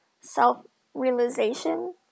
self-realization